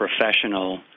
professional